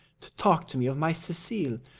to talk to me of my cecilia?